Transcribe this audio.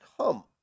come